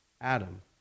Adam